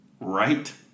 right